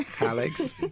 Alex